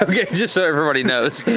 um yeah just so everybody knows.